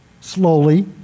slowly